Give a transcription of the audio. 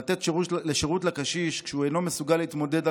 לתת שירות לקשיש כשהוא אינו מסוגל להתמודד עם